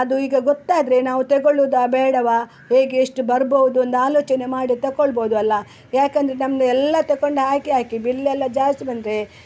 ಅದು ಈಗ ಗೊತ್ತಾದರೆ ನಾವು ತೆಗೊಳ್ಳೋದಾ ಬೇಡವಾ ಹೇಗೆ ಎಷ್ಟು ಬರ್ಬೌದು ಒಂದು ಆಲೋಚನೆ ಮಾಡಿ ತೊಗೊಳ್ಬೋದು ಅಲ್ವ ಯಾಕಂದ್ರೆ ನಮ್ಗೆ ಎಲ್ಲ ತೆಕೊಂಡು ಹಾಕಿ ಹಾಕಿ ಬಿಲ್ಲೆಲ್ಲ ಜಾಸ್ತಿ ಬಂದರೆ